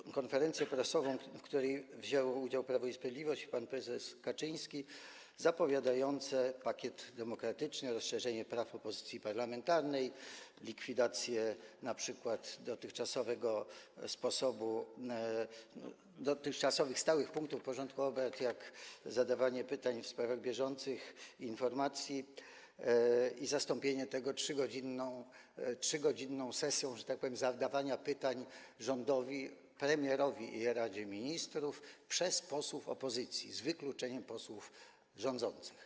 Była konferencja prasowa, w której wzięło udział Prawo i Sprawiedliwość, pan prezes Kaczyński, zapowiadająca pakiet demokratyczny, rozszerzenie praw opozycji parlamentarnej, np. likwidację dotychczasowych stałych punktów porządku obrad, jak zadawanie pytań w sprawach bieżących, informacja, i zastąpienie tego 3-godzinną sesją, że tak powiem, zadawania pytań rządowi, premierowi i Radzie Ministrów przez posłów opozycji, z wykluczeniem posłów rządzących.